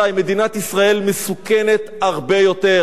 מדינת ישראל מסוכנת הרבה יותר,